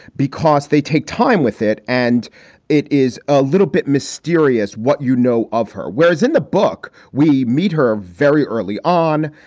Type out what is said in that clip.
because they take time with it. and it is a little bit mysterious what you know of her, whereas in the book we meet her very early on.